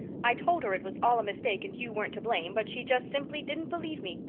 i told her it was all a mistake and you weren't to blame, but she just simply didn't believe me.